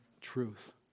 truth